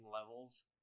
levels